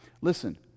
Listen